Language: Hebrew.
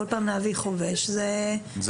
כול פעם להביא חובש זה יקר.